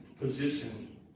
position